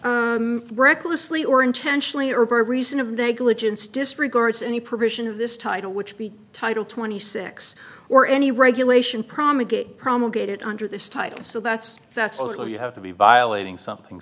three recklessly or intentionally or reason of negligence disregards any provision of this title which title twenty six or any regulation promulgated promulgated under this title so that's that's what you have to be violating something